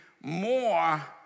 more